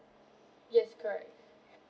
yes correct